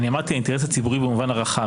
אני אמרתי האינטרס הציבורי במובן הרחב.